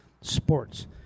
sports